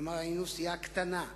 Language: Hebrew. כלומר היינו סיעה קטנה.